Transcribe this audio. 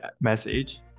message